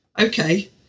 Okay